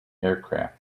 aircraft